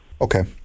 Okay